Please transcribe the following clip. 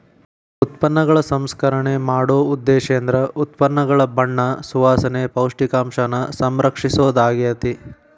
ಉತ್ಪನ್ನಗಳ ಸಂಸ್ಕರಣೆ ಮಾಡೊ ಉದ್ದೇಶೇಂದ್ರ ಉತ್ಪನ್ನಗಳ ಬಣ್ಣ ಸುವಾಸನೆ, ಪೌಷ್ಟಿಕಾಂಶನ ಸಂರಕ್ಷಿಸೊದಾಗ್ಯಾತಿ